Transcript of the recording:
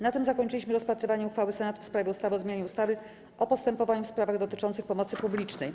Na tym zakończyliśmy rozpatrywanie uchwały Senatu w sprawie ustawy o zmianie ustawy o postępowaniu w sprawach dotyczących pomocy publicznej.